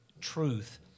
truth